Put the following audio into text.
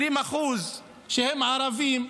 20% ערבים,